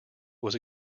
was